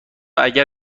اگر